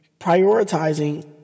prioritizing